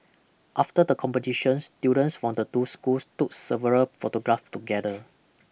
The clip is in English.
after the competitions students from the two schools took several photographs together